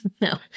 no